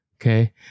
Okay